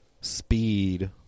speed